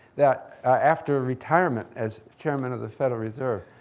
that after retirement as chairman of the federal reserve.